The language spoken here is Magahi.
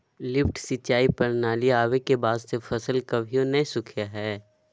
लिफ्ट सिंचाई प्रणाली आवे के बाद से फसल कभियो नय सुखलय हई